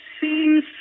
seems